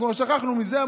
אנחנו כבר שכחנו מזה.